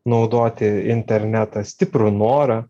naudoti internetą stiprų norą